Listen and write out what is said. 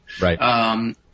Right